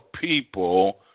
people